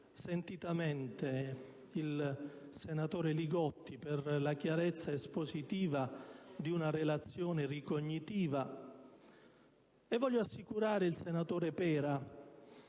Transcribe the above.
sentitamente il senatore Li Gotti per la chiarezza espositiva di una relazione ricognitiva, e voglio rassicurare il senatore Pera